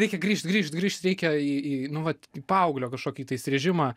reikia grįžt grįžt grįžt reikia į į nu vat į paauglio kažkokį tais režimą